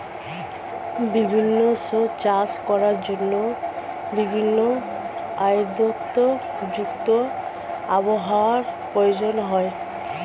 বিভিন্ন শস্য চাষ করার জন্য ভিন্ন আর্দ্রতা যুক্ত আবহাওয়ার প্রয়োজন হয়